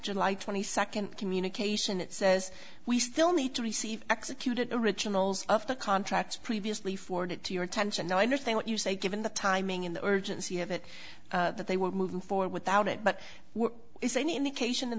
july twenty second communication it says we still need to receive executed originals of the contracts previously forwarded to your attention now i understand what you say given the timing in the urgency of it that they were moving forward without it but what is any indication